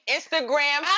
Instagram